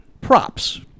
props